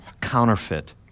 counterfeit